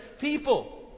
people